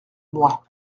moi